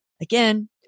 again